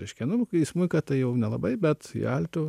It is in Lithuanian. reiškia nu į smuiką tai jau nelabai bet į altu